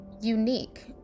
Unique